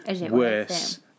worse